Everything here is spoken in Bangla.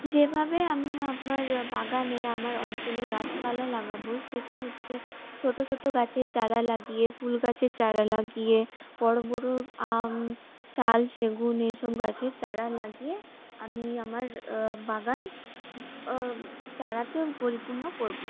যেভাবে আমি আমার বাগানে আমার অঞ্চলে গাছপালা লাগাবো সেটা হচ্ছে ছোট ছোট গাছের চারা লাগিয়ে ফুলগাছের চারা লাগিয়ে বড় বড় আম শাল সেগুন এসব গাছের চারা লাগিয়ে আমি আমার বাগান চারাতেও পরিপূর্ণ করব